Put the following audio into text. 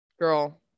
Girl